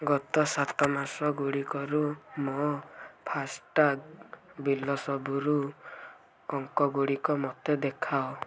ଗତ ସାତ ମାସ ଗୁଡ଼ିକରୁ ମୋ ଫାସ୍ଟ୍ୟାଗ୍ ବିଲ୍ ସବୁର ଅଙ୍କ ଗୁଡ଼ିକ ମୋତେ ଦେଖାଅ